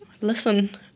listen